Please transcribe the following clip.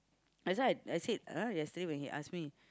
that's why I I said ah yesterday when he ask me